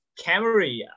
Camry